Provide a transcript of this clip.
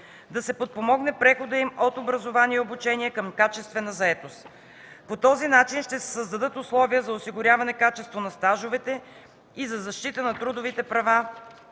да се подпомогне преходът им от образование и обучение към качествена заетост. По този начин ще се създадат условия за осигуряване качество на стажовете и за защита на трудовите права